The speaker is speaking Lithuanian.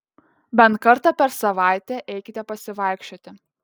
bent kartą per savaitę eikite pasivaikščioti